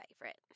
favorite